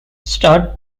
start